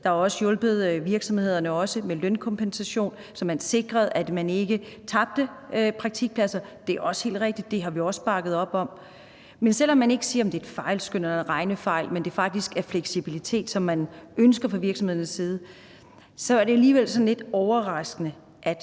blev også hjulpet med lønkompensation, så man sikrede, at man ikke tabte praktikpladser – det er også helt rigtigt. Det har vi også bakket op om. Men selv om man ikke siger, at der er tale om et fejlskøn eller en regnefejl, men at det faktisk skyldes den fleksibilitet, som man ønsker fra virksomhedernes side, så er det alligevel sådan et lidt overraskende